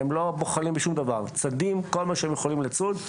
הם לא בוחלים בשום דבר צדים כל מה שהם יכולים לצוד.